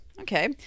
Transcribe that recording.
Okay